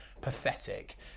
pathetic